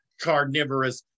carnivorous